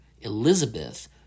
Elizabeth